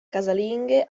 casalinghe